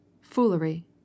Foolery